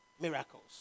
miracles